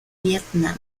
vietnam